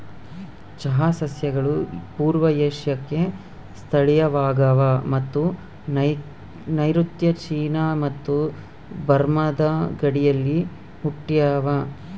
ಚಹಾ ಸಸ್ಯಗಳು ಪೂರ್ವ ಏಷ್ಯಾಕ್ಕೆ ಸ್ಥಳೀಯವಾಗವ ಮತ್ತು ನೈಋತ್ಯ ಚೀನಾ ಮತ್ತು ಬರ್ಮಾದ ಗಡಿಯಲ್ಲಿ ಹುಟ್ಟ್ಯಾವ